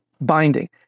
binding